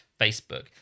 facebook